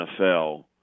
NFL